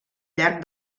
llarg